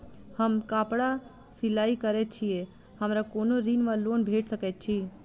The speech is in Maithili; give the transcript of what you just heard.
हम कापड़ सिलाई करै छीयै हमरा कोनो ऋण वा लोन भेट सकैत अछि?